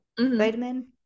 vitamin